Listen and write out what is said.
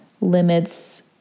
Limits